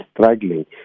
struggling